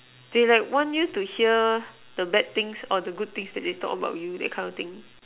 they like want you to hear the bad thing or the good things that they talk about you that kind of thing